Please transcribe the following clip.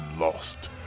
lost